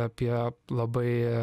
apie labai